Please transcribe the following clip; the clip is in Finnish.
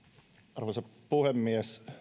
arvoisa puhemies